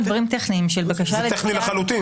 דברים טכניים של בקשות --- זה טכני לחלוטין.